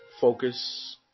focus